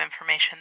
information